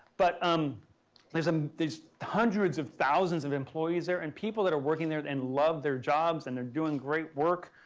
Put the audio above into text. but um there's um there's hundreds of thousands of employees there and people that are working there and love their jobs and they're doing great work.